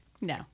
no